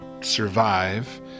survive